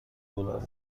دلار